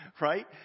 right